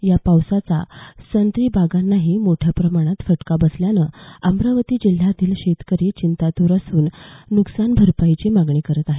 या पावसाचा संत्री बागांनासुद्धा मोठ्या प्रमाणात फटका बसल्यानं अमरावती जिल्ह्यातील शेतकरी चिंतातूर असून नुकसानभरपाईची मागणी करत आहे